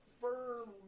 firm